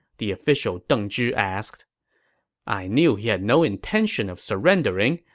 the official deng zhi asked i knew he had no intention of surrendering,